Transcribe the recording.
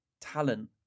talent